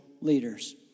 leaders